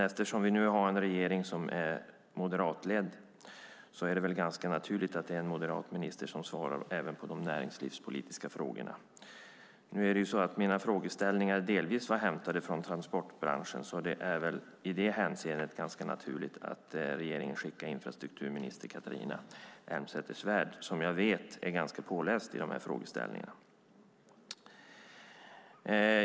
Eftersom vi nu har en regering som är moderatledd är det väl ganska naturligt att det är en moderatminister som svarar även på de näringslivspolitiska frågorna. Mina frågeställningar var delvis hämtade från transportbranschen. I detta hänseende är det ganska naturligt att regeringen skickar infrastrukturminister Catharina Elmsäter-Svärd som jag vet är ganska påläst i dessa frågor.